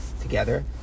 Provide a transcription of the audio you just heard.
together